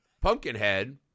Pumpkinhead